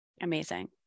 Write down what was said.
Amazing